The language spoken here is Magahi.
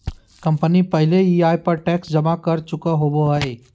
कंपनी पहले ही आय पर टैक्स जमा कर चुकय होबो हइ